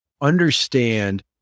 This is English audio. understand